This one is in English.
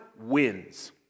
wins